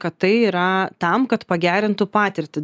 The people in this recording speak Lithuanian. kad tai yra tam kad pagerintų patirtį